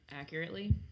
accurately